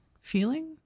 feeling